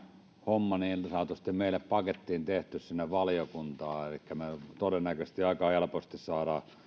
homma niin sanotusti pakettiin tehty meille sinne valiokuntaan elikkä me todennäköisesti aika helposti saamme